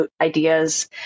ideas